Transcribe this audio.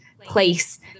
place